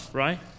right